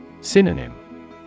Synonym